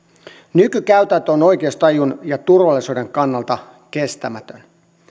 nykykäytäntö on oikeustajun ja turvallisuuden kannalta kestämätön